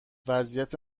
وضعیت